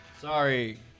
sorry